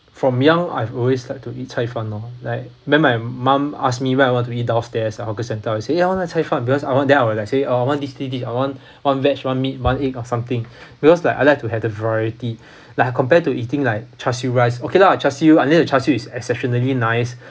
from young I've always liked to eat 菜饭 lor like when my my mum ask me what I want to eat downstairs or hawker centres I will say ya I want 菜饭 because I want then I will like say oh I want this this this I want one veg one meat one egg or something because I like to have the variety like compared to eating like char siu rice okay lah char siu unless the char siu is exceptionally nice